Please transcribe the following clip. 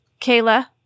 Kayla